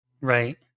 Right